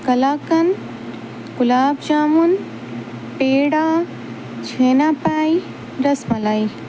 کلاکند گلاب جامن پیڑا چھینا پائی رس ملائی